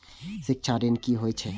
शिक्षा ऋण की होय छै?